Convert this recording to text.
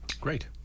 great